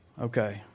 Okay